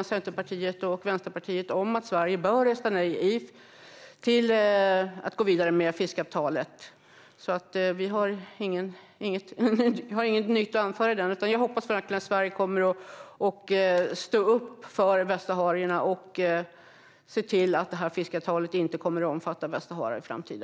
att säga. Centerpartiet och Vänsterpartiet är överens i denna fråga om att Sverige bör rösta nej till att gå vidare med fiskeavtalet. Jag har därför inget nytt att anföra, utan jag hoppas verkligen att Sverige kommer att stå upp för västsaharierna och se till att detta fiskeavtal inte kommer att omfatta Västsahara i framtiden.